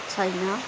छैन